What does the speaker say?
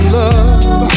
love